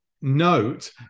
note